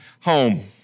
home